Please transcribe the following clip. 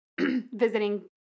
visiting